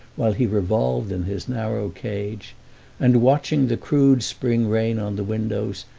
while he revolved in his narrow cage and, watching the crude spring rain on the windows,